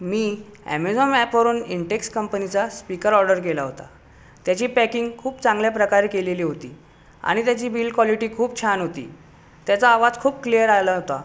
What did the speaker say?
मी Amazon ॲपवरून Intex कंपनीचा speaker order केला होता त्याची पॅकिंग खूप चांगल्याप्रकारे केलेली होती आणि त्याची बिल्ड क्वालिटी खूप छान होती त्याचा आवाज खूप क्लिअर आला होता